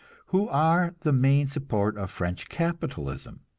who are the main support of french capitalism.